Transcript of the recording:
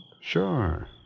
Sure